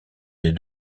les